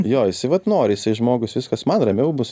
jo jisai vat nori jisai žmogus viskas man ramiau bus